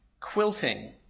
quilting